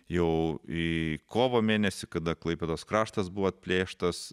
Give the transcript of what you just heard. jau į kovo mėnesį kada klaipėdos kraštas buvo atplėštas